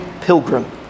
pilgrim